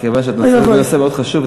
כיוון שהנושא מאוד חשוב,